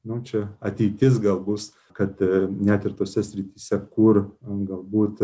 nu čia ateitis gal bus kad net ir tose srityse kur galbūt